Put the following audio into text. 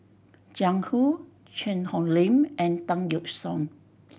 Jiang Hu Cheang Hong Lim and Tan Yeok Seong